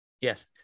Yes